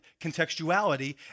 contextuality